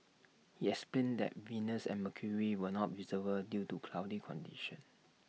he explained that Venus and mercury were not visible due to cloudy conditions